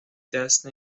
دست